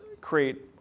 create